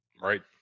Right